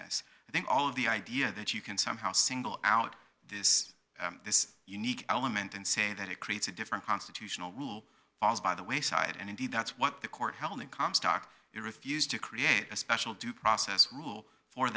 ss and then all of the idea that you can somehow single out this this unique element and say that it creates a different constitutional rule by the wayside and indeed that's what the court held in comstock he refused to create a special due process rule for